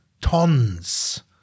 tons